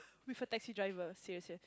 with a taxi driver serious serious